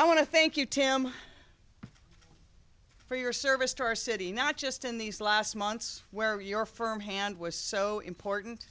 i want to thank you tim for your service to our city not just in these last months where your firm hand was so important